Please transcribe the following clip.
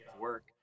work